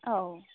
औ